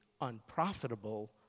unprofitable